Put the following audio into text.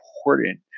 important